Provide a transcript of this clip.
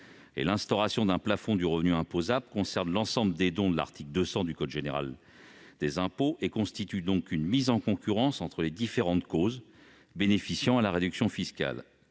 L'instauration d'un plafond de revenu imposable concerne l'ensemble des dons relevant de l'article 200 du code général des impôts et constitue donc une mise en concurrence entre les différentes causes bénéficiant d'une réduction fiscale.